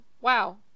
wow